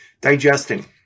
digesting